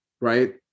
right